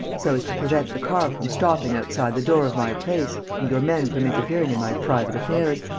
so as to prevent the car from stopping outside the door of my place and your men from interfering in my private affairs.